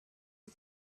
ont